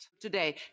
today